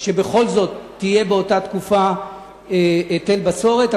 החלטה שבכל זאת יהיה באותה תקופה היטל בצורת,